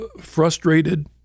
frustrated